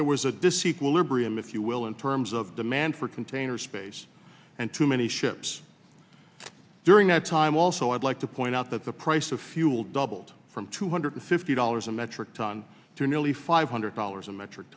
there was a disequilibrium if you will in terms of demand for container space and too many ships during that time also i'd like to point out that the price the fuel doubled from two hundred fifty dollars a metric ton to nearly five hundred dollars a metric